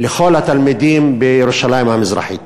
לכל התלמידים בירושלים המזרחית.